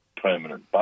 permanent